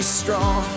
strong